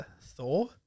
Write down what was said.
Thor